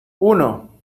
uno